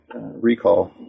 recall